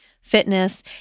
fitness